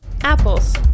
Apples